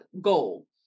goal